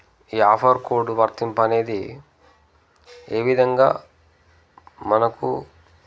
ఈ offer code వర్తింపనేది ఏ విధంగా మనకు